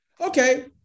Okay